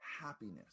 happiness